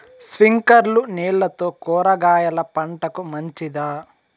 స్ప్రింక్లర్లు నీళ్లతో కూరగాయల పంటకు మంచిదా?